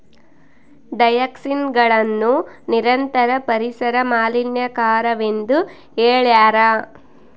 ಡಯಾಕ್ಸಿನ್ಗಳನ್ನು ನಿರಂತರ ಪರಿಸರ ಮಾಲಿನ್ಯಕಾರಕವೆಂದು ಹೇಳ್ಯಾರ